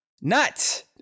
nuts